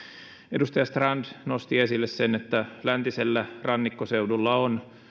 edustaja strand nosti esille sen että läntisellä rannikkoseudulla on